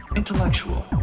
intellectual